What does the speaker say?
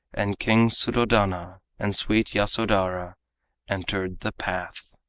and king suddhodana and sweet yasodhara entered the path.